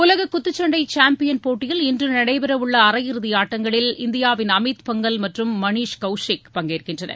உலக குத்துச்சண்டை சாம்பியன் போட்டியில் இன்று நடைபெறவுள்ள அரையிறுதி ஆட்டங்களில் இந்தியாவின் அமித் பங்கல் மற்றும் மணிஷ் கவுசிக் பங்கேற்கின்றனர்